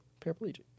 Paraplegic